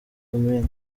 amin